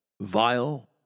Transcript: Vile